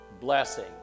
blessing